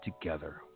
together